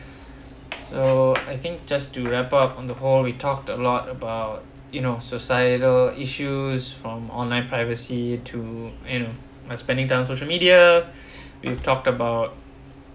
so I think just to wrap up on the whole we talked a lot about you know societal issues from online privacy to you know my spending time on social media we've talked about